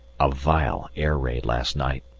a vile air raid last night.